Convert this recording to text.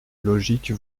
logique